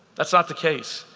that's not the case.